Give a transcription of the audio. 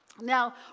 now